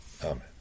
Amen